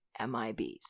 MIBs